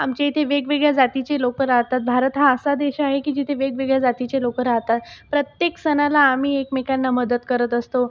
आमच्या इथे वेगवेगळ्या जातीचे लोकं राहतात भारत हा असा देश आहे की जिथे वेगवेगळ्या जातीचे लोक राहतात प्रत्येक सणाला आम्ही एकमेकांना मदत करत असतो